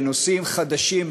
בנושאים חדשים,